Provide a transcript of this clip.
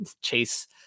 chase